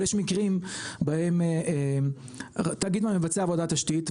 אבל יש מקרים בהם תאגיד מים מבצע עבודת תשתית,